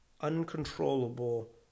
uncontrollable